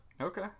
Okay